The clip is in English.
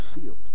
shield